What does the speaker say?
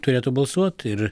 turėtų balsuot ir